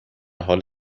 حال